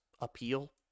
appeal